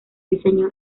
diseño